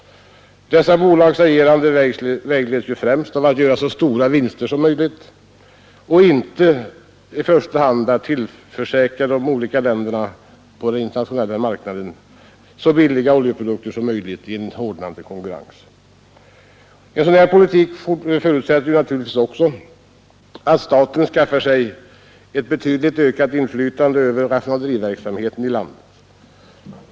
Dessa bolags agerande vägleds ju främst av att de vill göra så stora vinster som möjligt och inte av att de i första hand vill tillförsäkra de olika länderna på den internationella marknaden så billiga oljeprodukter som möjligt i en hårdnande konkurrens. En sådan här politik förutsätter naturligtvis också att staten skaffar sig ett betydligt ökat inflytande över raffinaderiverksamheten i landet.